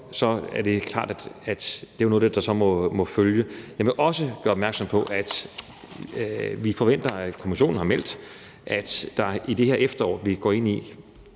er det klart, at det så er noget, der må følge. Jeg vil også gøre opmærksom på, at Kommissionen har meldt, at der i det her efterår, vi går ind i,